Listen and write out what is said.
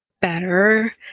better